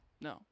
no